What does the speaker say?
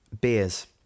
beers